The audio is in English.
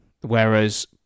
whereas